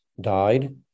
died